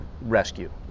rescue